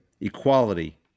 equality